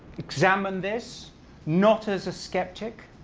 examine this not as a skeptic,